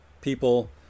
people